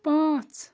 پانٛژھ